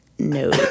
No